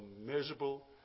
miserable